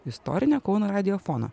istorinio kauno radiofono